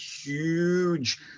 huge